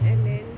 and then